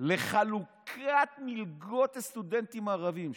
לחלוקת מלגות לסטודנטים ערבים.